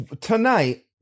Tonight